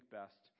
best